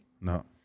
No